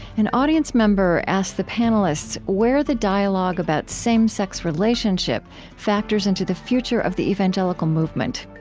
an audience member asked the panelists where the dialogue about same-sex relationship factors into the future of the evangelical movement.